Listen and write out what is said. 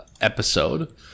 episode